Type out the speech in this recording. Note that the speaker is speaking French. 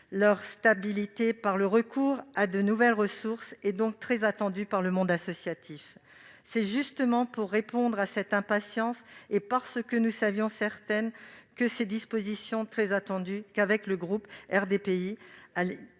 leur stabilité par le recours à de nouvelles ressources, est donc très attendue par le monde associatif. C'est justement pour répondre à cette impatience et parce que nous savions que certaines de ses dispositions étaient très attendues que, avec le groupe RDPI